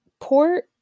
Port